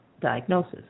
diagnosis